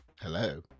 Hello